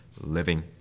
living